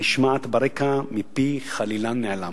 הנשמעת ברקע מפי חלילן נעלם".